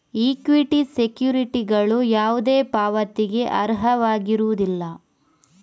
equity ಸೆಕ್ಯುರಿಟಿಗಳು ಯಾವುದೇ ಪಾವತಿಗೆ ಅರ್ಹವಾಗಿರುವುದಿಲ್ಲ